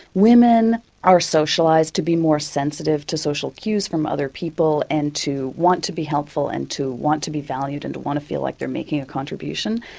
women are socialised to be more sensitive to social cues from other people and to want to be helpful and to want to be valued and to want to feel like they're making a contribution.